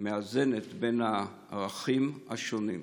שמאזנת בין הערכים השונים.